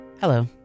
Hello